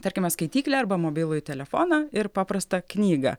tarkime skaityklę arba mobilųjį telefoną ir paprastą knygą